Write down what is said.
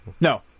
No